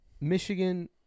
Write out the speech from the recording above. Michigan